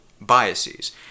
biases